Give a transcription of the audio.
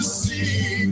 see